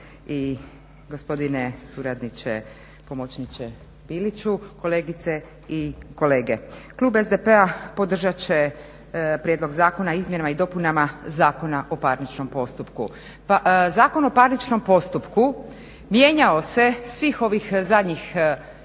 i gospodine suradniče, pomoćniče Biliću, kolegice i kolege. Klub SDP-a podržat će prijedlog Zakona o izmjenama i dopunama Zakona o parničnom postupku. Zakon o parničnom postupku mijenjao se svih ovih zadnjih čini